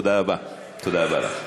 תודה רבה, תודה רבה לך.